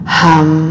hum